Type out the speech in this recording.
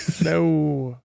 No